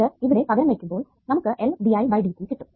ഇത് ഇവിടെ പകരം വെയ്ക്കുമ്പോൾ നമുക്ക് LdIdtകിട്ടും